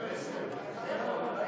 כמה שהוא,